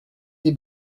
des